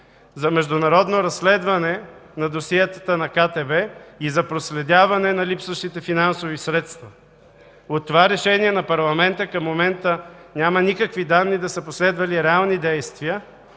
за международно разследване на досиетата на КТБ и за проследяване на липсващите финансови средства. От това решение на парламента към момента няма никакви данни да са последвали реални действия